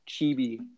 chibi